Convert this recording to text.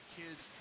kids